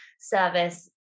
service